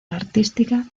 artística